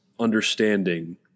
understanding